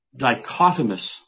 dichotomous